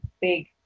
big